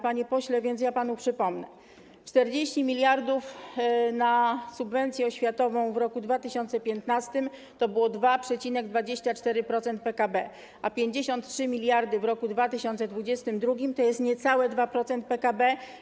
Panie pośle, więc ja panu przypomnę: 40 mld na subwencję oświatową w roku 2015 to było 2,24% PKB, a 53 mld w roku 2022 to jest niecałe 2% PKB.